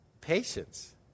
Patience